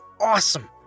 awesome